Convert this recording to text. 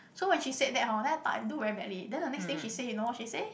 so when she said that hor then I thought I do very badly then the next thing she say you know what she say